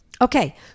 Okay